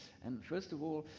and first of all,